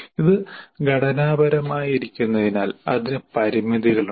ഇത് ഘടനാപരമായിരിക്കുന്നതിനാൽ അതിന് പരിമിതികളുണ്ട്